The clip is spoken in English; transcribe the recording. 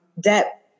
debt